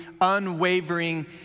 unwavering